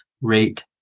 rate